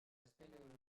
spéléologie